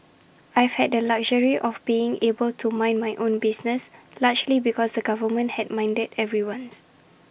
I've had the luxury of being able to mind my own business largely because the government had minded everyone's